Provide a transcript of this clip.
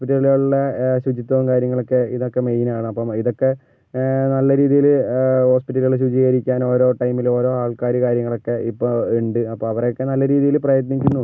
ഹോസ്പിറ്റലുകളിലെ ശുചിത്യവും കാര്യങ്ങളൊക്കെ ഇതൊക്കെ മെയിൻ ആണ് അപ്പം ഇതൊക്കെ നല്ല രീതിയില് ഹോസ്പിറ്റലുകള് ശുചീകരിക്കാനും ഓരോ ടൈമില് ഓരോ ആൾക്കാര് കാര്യങ്ങളൊക്കെ ഇപ്പം ഉണ്ട് അപ്പോൾ അവരൊക്കെ നല്ല രീതിയില് പ്രയത്നിക്കുന്നും ഉണ്ട്